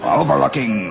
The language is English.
overlooking